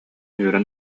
үөрэн